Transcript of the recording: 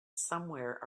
somewhere